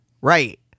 Right